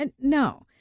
No